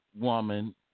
woman